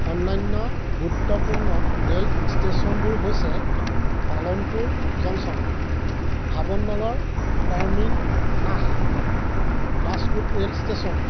অন্যান্য গুৰুত্বপূৰ্ণ ৰেইল ষ্টেচনবোৰ হৈছে Palanpur junction Bhavnagar terminus Rajkot rail station